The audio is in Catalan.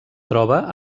troba